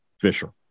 fisher